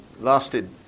lasted